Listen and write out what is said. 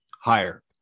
Higher